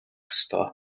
ёстой